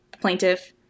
plaintiff